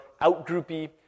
out-groupy